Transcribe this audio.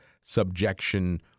subjection